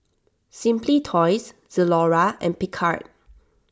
Simply Toys Zalora and Picard